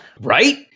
Right